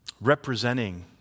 Representing